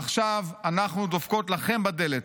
עכשיו אנחנו דופקות לכם בדלת.